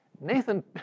Nathan